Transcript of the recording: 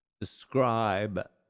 describe